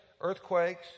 earthquakes